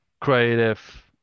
creative